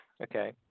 okay